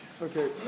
Okay